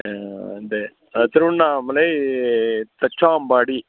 இந்த அதாவது திருவண்ணாமலை தச்சாம்பாடி